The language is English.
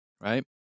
Right